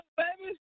baby